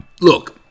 look